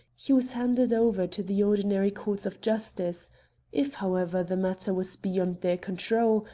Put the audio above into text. he was handed over to the ordinary courts of justice if, however, the matter was beyond their control,